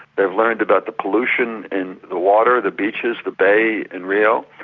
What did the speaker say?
they've learned about the pollution in the water, the beaches, the bay in rio.